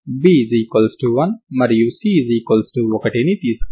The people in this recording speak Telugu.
కాబట్టి ఇప్పుడు మనం ఈ సమస్యను తీసుకుందాం